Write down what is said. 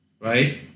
right